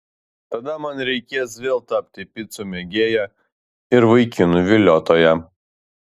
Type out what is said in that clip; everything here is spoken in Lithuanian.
tada man reikės vėl tapti picų mėgėja ir vaikinų viliotoja